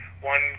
one